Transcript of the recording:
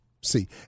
see